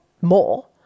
more